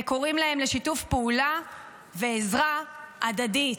וקוראים להם לשיתוף פעולה ועזרה הדדית".